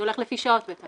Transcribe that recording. זה הולך לפי שעות בטח.